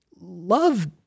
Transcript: Love